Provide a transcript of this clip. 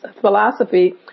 philosophy